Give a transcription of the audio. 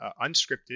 unscripted